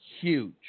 huge